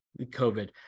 COVID